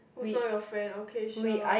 who's now your friend okay sure